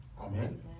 Amen